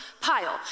pile